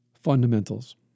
Fundamentals